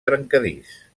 trencadís